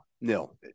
No